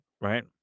Right